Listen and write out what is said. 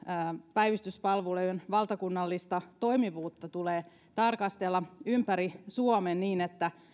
päivystyspalvelujen valtakunnallista toimivuutta tulee tarkastella ympäri suomen niin että